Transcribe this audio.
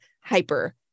hyper